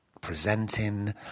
presenting